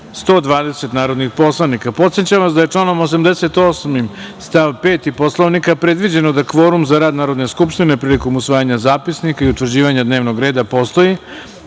120 narodna poslanika. Podsećam vas da je, članom 88. stav 5. Poslovnika, predviđeno da kvorum za rad Narodne skupštine, prilikom usvajanja zapisnika i utvrđivanje dnevnog reda, postoji